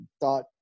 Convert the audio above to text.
thought